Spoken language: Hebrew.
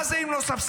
מה זה, אם לא ספסרות?